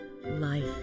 Life